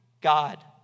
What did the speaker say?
God